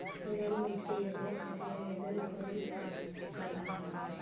प्रधानमंत्री योजना खातिर आवेदन करम का का लागत बा?